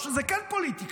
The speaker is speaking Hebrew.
או שזה כן פוליטיקה.